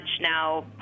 now